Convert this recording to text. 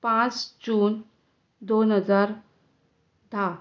पांच जून दोन हजार धा